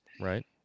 right